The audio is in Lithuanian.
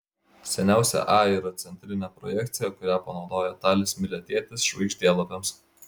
seniausia a yra centrinė projekcija kurią panaudojo talis miletietis žvaigždėlapiams